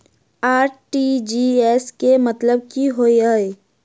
RTGS केँ मतलब की होइ हय?